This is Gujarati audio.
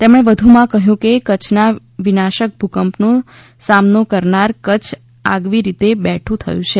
તેમણે વધુમાં કહ્યું કે કચ્છના વિનાશક ભૂકંપનો સામનો કરનાર કચ્છ આગવી રીતે બેઠું થયું છે